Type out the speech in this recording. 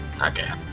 Okay